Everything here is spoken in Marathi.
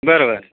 बरं बरं